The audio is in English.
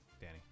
Danny